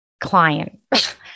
client